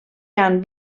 han